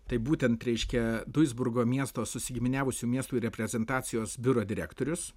tai būtent reiškia duisburgo miesto susigiminiavusių miestų reprezentacijos biuro direktorius